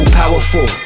powerful